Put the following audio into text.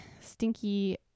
stinky